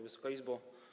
Wysoka Izbo!